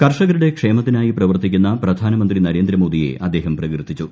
കർഷകരുടെ ക്ഷേമത്തിനായി പ്രവർത്തിക്കുന്ന പ്രധാനമന്ത്രി നരേന്ദ്രമോദിയെ അദ്ദേഹം പ്രകീർത്തിച്ചു